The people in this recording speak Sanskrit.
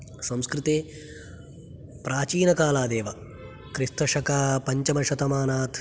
संस्कृते प्राचीनकालादेव क्रिस्तशक पञ्चमशतमानात्